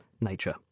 Nature